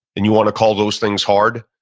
and you want to call those things hard,